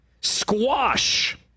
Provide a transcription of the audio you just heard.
Squash